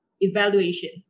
evaluations